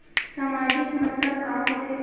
सामाजिक मतलब का होथे?